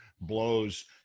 blows